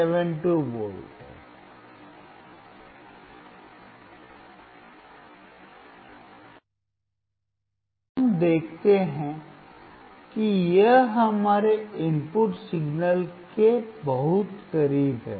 अब हम देखते हैं कि यह हमारे इनपुट सिग्नल के बहुत करीब है